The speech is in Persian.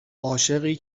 عاشقی